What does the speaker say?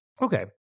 Okay